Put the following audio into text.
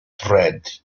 trade